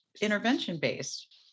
intervention-based